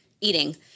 eating